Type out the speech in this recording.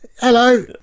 Hello